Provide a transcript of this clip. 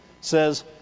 says